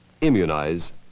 Immunize